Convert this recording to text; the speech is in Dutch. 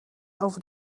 over